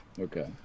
Okay